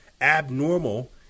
abnormal